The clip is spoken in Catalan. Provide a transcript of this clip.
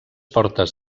portes